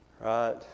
right